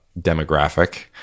demographic